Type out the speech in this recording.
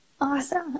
Awesome